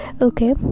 Okay